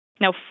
Now